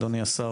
אדוני השר,